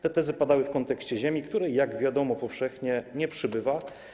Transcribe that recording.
Te tezy padały w kontekście ziemi, której, jak wiadomo powszechnie, nie przybywa.